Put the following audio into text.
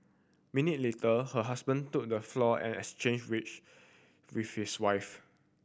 minute later her husband took the floor and exchanged wage with his wife